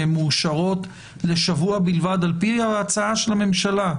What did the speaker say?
הן מאושרות לשבוע בלבד על פי ההצעה של הממשלה,